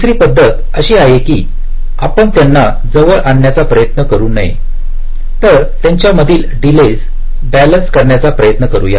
दुसरी पद्धत अशी आहे की आपण त्यांना जवळ आणण्याचा प्रयत्न करू नये तर त्यांच्यामधील डिलेस बॅलन्स करण्याचा प्रयत्न करूया